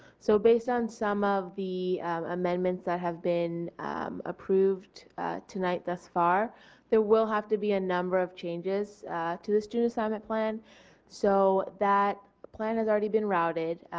so based on some of the amendments that have been approved tonight thus far there will have to be a number of changes to the student assignment plan so that plan has already been routed,